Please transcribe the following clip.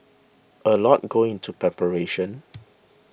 a lot goes into preparation